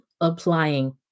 applying